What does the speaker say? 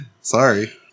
Sorry